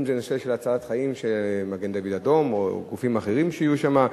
אם זה בנושא של הצלת חיים של מגן-דוד-אדום או גופים אחרים שיהיו שם,